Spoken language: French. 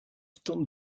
tentent